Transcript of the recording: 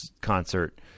concert